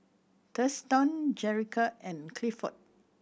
Thurston Jerica and Clifford